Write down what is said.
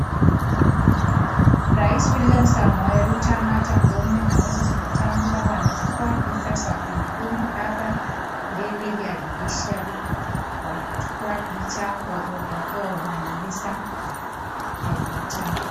Rais William Samoei Ruto, Martha Koome na Moses Wetangula wanachukua picha za kumbukumbu hapa mbele ya judiciary wa kuchukua picha wakiwa wamemaliza mikutano.